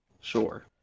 Sure